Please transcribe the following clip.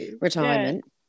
retirement